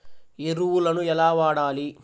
ఎరువులను ఎలా వాడాలి?